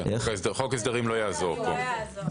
חוק ההסדרים לא יעזור.